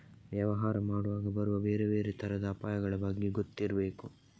ವ್ಯವಹಾರ ಮಾಡುವಾಗ ಬರುವ ಬೇರೆ ಬೇರೆ ತರದ ಅಪಾಯಗಳ ಬಗ್ಗೆ ಗೊತ್ತಿರ್ಬೇಕು